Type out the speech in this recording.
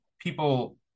people